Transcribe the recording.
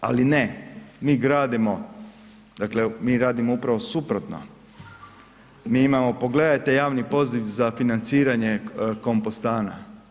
Ali ne, mi gradimo, dakle mi radimo upravo suprotno, mi imamo, pogledajte javni poziv za financiranje kompostana.